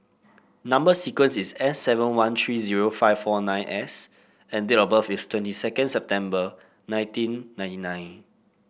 number sequence is S seven one three zero five four nine S and date of birth is twenty second September nineteen ninety nine